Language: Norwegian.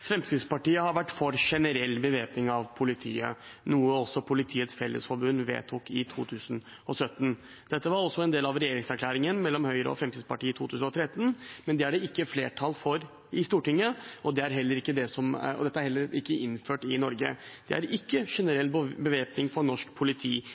Fremskrittspartiet har vært for generell bevæpning av politiet, noe også Politiets Fellesforbund vedtok i 2017. Dette var også en del av regjeringserklæringen mellom Høyre og Fremskrittspartiet i 2013, men det er det ikke flertall for i Stortinget, og dette er heller ikke innført i Norge. Det er ikke